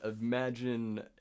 imagine